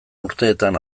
urteetan